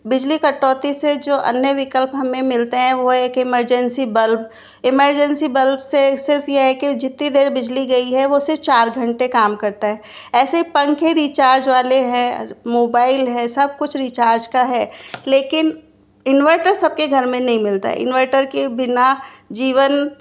बिजली कटौती से जो अन्य विकल्प हमें मिलते हैं वो हैं एक एमरजैंसी बल्ब एमरजैंसी बल्ब से सिर्फ यह है कि जितनी देर बिजली गई है वो सिर्फ चार घंटे काम करता है ऐसे पंखे रिचार्ज वाले हैं मोबाइल है सब कुछ रिचार्ज का है लेकिन इनवर्टर सबके घर में नहीं मिलता इनवर्टर के बिना जीवन